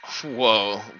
Whoa